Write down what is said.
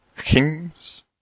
kings